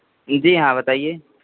जी हाँ बताइए